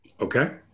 Okay